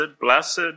blessed